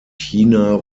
china